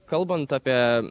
kalbant apie